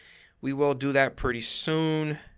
we will do that pretty soon.